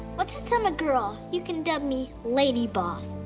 but since i'm a girl, you can dub me lady boss.